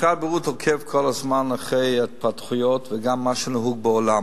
משרד הבריאות עוקב כל הזמן אחרי ההתפתחויות וגם אחרי מה שנהוג בעולם.